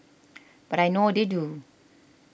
but I know what they do